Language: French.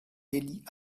élie